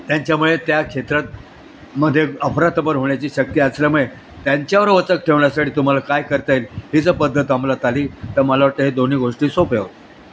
त्यांच्यामुळे त्या क्षेत्रात मध्ये अफरातफर होण्याची शक्य असल्यामुळे त्यांच्यावर वचक ठेवण्यासाठी तुम्हाला काय करता येईल ही जर पद्धत अंमलात आली तर मला वाटतं हे दोन्ही गोष्टी सोप्या हो